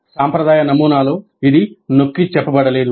సాంప్రదాయ నమూనాలో ఇది నొక్కి చెప్పబడలేదు